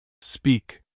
Speak